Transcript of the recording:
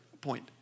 point